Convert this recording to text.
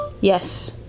Yes